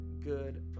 Good